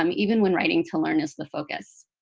um even when writing-to-learn is the focus.